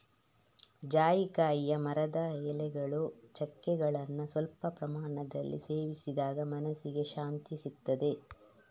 ಜಾಯಿಕಾಯಿಯ ಮರದ ಎಲೆಗಳು, ಚಕ್ಕೆಗಳನ್ನ ಸ್ವಲ್ಪ ಪ್ರಮಾಣದಲ್ಲಿ ಸೇವಿಸಿದಾಗ ಮನಸ್ಸಿಗೆ ಶಾಂತಿಸಿಗ್ತದೆ